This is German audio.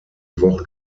wochen